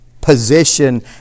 position